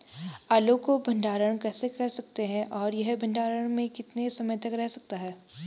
आलू को भंडारण कैसे कर सकते हैं और यह भंडारण में कितने समय तक रह सकता है?